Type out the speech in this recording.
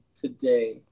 today